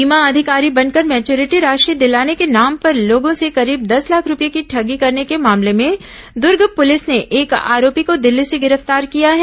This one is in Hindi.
बीमा अधिकारी बनकर मैच्युरिटी राशि दिलाने के नाम पर लोगों से करीब दस लाख रूपये की ठगी करने के मामले में दूर्ग पुलिस ने एक आरोपी को दिल्ली से गिरफ्तार किया है